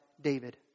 David